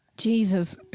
Jesus